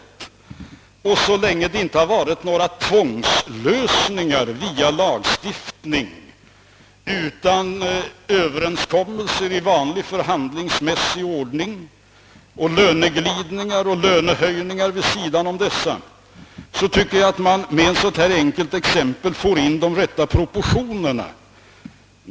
Låt oss vidare tänka på att det inte på arbetsmarknaden har förekommit några tvångslösningar via lagstiftning . utan rört sig om överenskommelser i vanlig förhandlingsmässig ordning, om löneglidningar och om lönehöjningar vid sidan om dessa. Med ett sådant enkelt :exempel får vi in de rätta proportionerna.